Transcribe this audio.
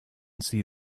see